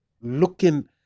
looking